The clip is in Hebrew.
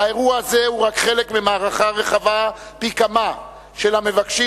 האירוע הזה הוא רק חלק ממערכה רחבה פי כמה של המבקשים